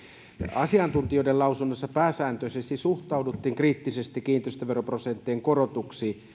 asiantuntijoiden lausunnoissa pääsääntöisesti suhtauduttiin kriittisesti kiinteistöveroprosenttien korotuksiin